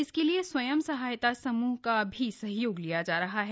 इसके लिए स्वयं सहायता समूह का भी सहयोग लिया जा रहा है